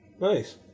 Nice